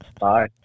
Bye